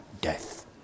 death